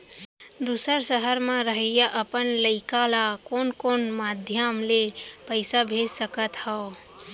दूसर सहर म रहइया अपन लइका ला कोन कोन माधयम ले पइसा भेज सकत हव?